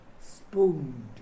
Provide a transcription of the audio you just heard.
spoon